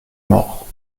morts